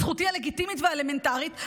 זכותי הלגיטימית והאלמנטרית,